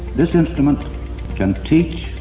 this instrument can teach.